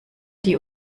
die